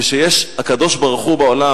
וכשיש הקדוש-ברוך-הוא בעולם,